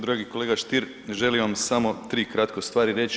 Dragi kolega Stier, želim vam samo tri kratke stvari reći.